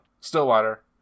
Stillwater